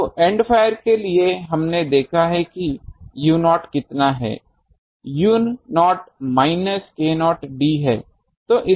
तो end fire के लिए हमने देखा कि u0 कितना है u0 माइनस k0 d है